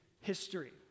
history